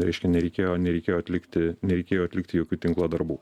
reiškia nereikėjo nereikėjo atlikti nereikėjo atlikti jokių tinklo darbų